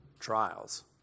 trials